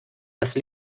das